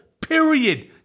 Period